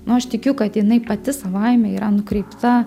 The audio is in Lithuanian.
nu aš tikiu kad jinai pati savaime yra nukreipta